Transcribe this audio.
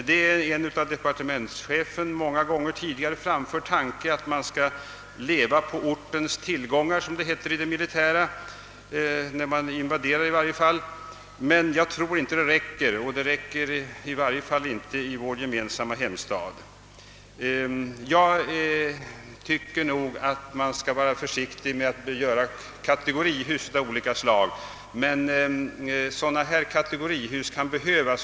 Det är en av departementschefen många gånger tidigare framförd tanke att man skall leva på ortens tillgångar — som det heter i det militära, åtminstone när man invaderar — men jag tror inte att det räcker, i varje fall inte i vår gemensamma hemstad. Man skall nog vara försiktig med att bygga kategorihus av olika slag, men sådana här kategorihus kan behövas.